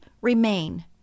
remain